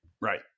right